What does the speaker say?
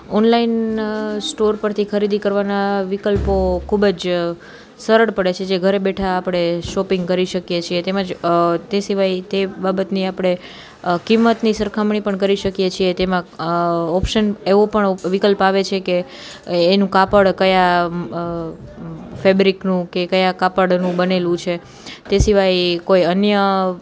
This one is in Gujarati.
ઓનલાઇન સ્ટોર પરથી ખરીદી કરવાના વિકલ્પો ખૂબ જ સરળ પડે છે જે ઘરે બેઠા આપણે શોપિંગ કરી શકીએ છીએ તેમજ તે સિવાય તે બાબતની આપણે કિંમતની સરખામણી પણ કરી શકીએ છીએ તેમાં ઓપ્શન એવો પણ વિકલ્પ આવે છે કે એનું કાપડ કયા ફેબરીકનું કે કયા કાપડનું બનેલું છે તે સિવાય કોઈ અન્ય